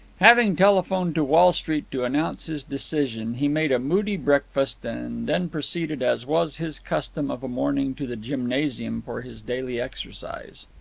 having telephoned to wall street to announce his decision, he made a moody breakfast and then proceeded, as was his custom of a morning, to the gymnasium for his daily exercise.